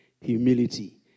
Humility